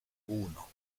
uno